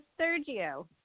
Sergio